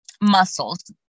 muscles